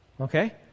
Okay